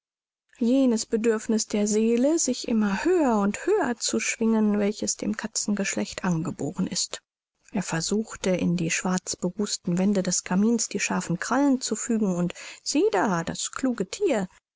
jenes bedürfniß der seele sich immer höher und höher zu schwingen welches dem katzengeschlecht angeboren ist er versuchte in die schwarzberußten wände des kamins die scharfen krallen zu fügen und siehe da das kluge thier